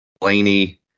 Blaney